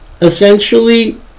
essentially